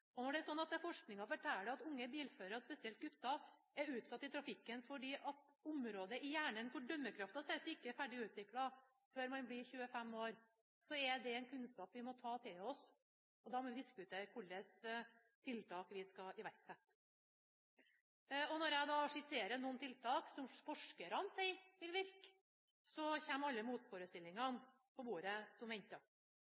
Når det er slik at forskningen forteller at unge bilførere, spesielt gutter, er utsatt i trafikken fordi området i hjernen hvor dømmekraften sitter, ikke er ferdig utviklet før man blir 25 år, er det en kunnskap vi må ta til oss, og da må vi diskutere hvilke tiltak vi skal iverksette. Når jeg da skisserer noen tiltak som forskerne sier vil virke, kommer alle motforestillingene